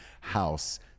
house